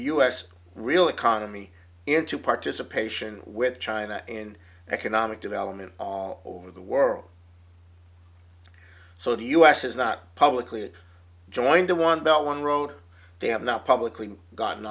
us real economy into participation with china in economic development all over the world so the u s is not publicly joining to one belt one road they have not publicly gotten